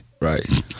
right